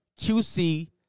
QC